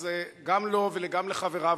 אז גם לו וגם לחבריו,